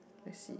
I see